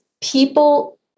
people